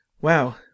Wow